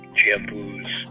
shampoos